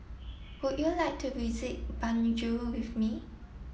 would you like to visit Banjul with me